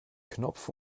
knopf